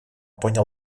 понял